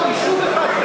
אתה מוכן לפנות יישוב אחד,